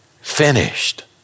finished